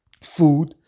food